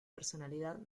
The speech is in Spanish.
personalidad